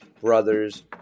brothers